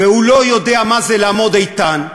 והוא לא יודע מה זה לעמוד איתן,